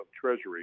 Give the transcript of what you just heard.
Treasury